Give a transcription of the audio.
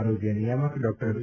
આરોગ્ય નિયામક ડોક્ટર વી